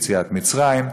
יציאת מצרים,